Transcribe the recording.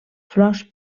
flors